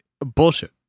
bullshit